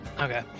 Okay